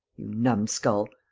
you numskull!